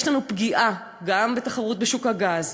יש לנו פגיעה גם בתחרות בשוק הגז,